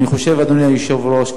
אדוני היושב-ראש,